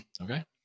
Okay